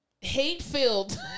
hate-filled